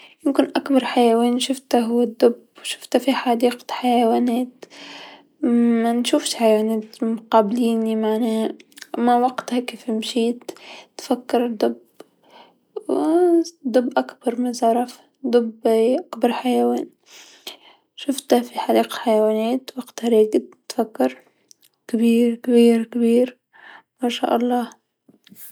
ممكن أكبر حيوانات شفته هو الدب شفته في حديقة الحيوانات، مانشوفش حيواتات مقابليني معناه، ما وقتها كيف مشيت تفكر دب، الدب أكبر من الزرافه، الدب هي أكبر حيوان شفته في حديقة حيوانات وقتها راقد تفكر كبير كبير كبير مشاء الله.